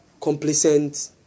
complacent